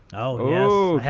oh,